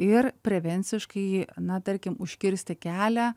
ir prevenciškai na tarkim užkirsti kelią